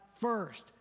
first